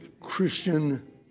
Christian